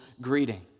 greeting